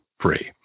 free